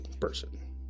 person